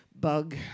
bug